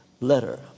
letter